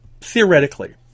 theoretically